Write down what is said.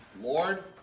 Lord